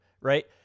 Right